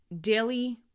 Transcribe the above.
daily